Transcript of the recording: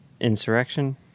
Insurrection